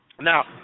Now